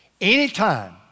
Anytime